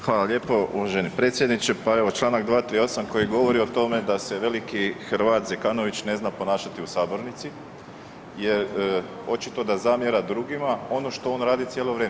Hvala lijepa uvaženi predsjedniče, pa evo Članak 238. koji govori o tome da se veliki Hrvat Zekanović ne zna ponašati u sabornici jer očito da zamjera drugima ono što on radi cijelo vrijeme.